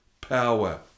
power